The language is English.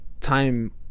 time